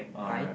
pine